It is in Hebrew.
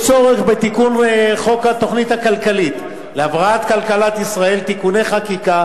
יש צורך בתיקון חוק התוכנית הכלכלית להבראת כלכלת ישראל (תיקוני חקיקה